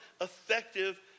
effective